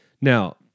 Now